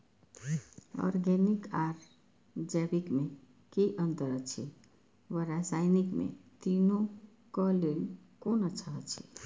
Organic आर जैविक में कि अंतर अछि व रसायनिक में तीनो क लेल कोन अच्छा अछि?